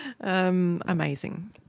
Amazing